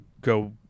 go